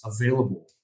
available